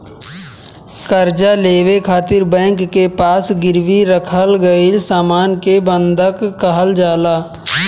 कर्जा लेवे खातिर बैंक के पास गिरवी रखल गईल सामान के बंधक कहल जाला